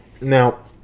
Now